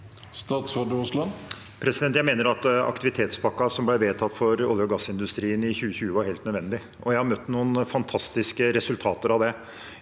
Jeg mener at ak- tivitetspakken som ble vedtatt for olje- og gassindustrien i 2020, var helt nødvendig, og jeg har sett noen fan tastiske resultater av den.